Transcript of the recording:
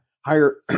higher –